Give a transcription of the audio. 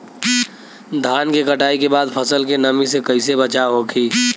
धान के कटाई के बाद फसल के नमी से कइसे बचाव होखि?